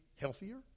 healthier